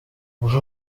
buri